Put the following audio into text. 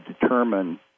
determine